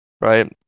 right